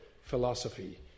philosophy